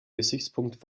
gesichtspunkt